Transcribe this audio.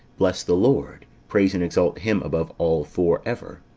bless the lord praise and exalt him above all for ever.